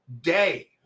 day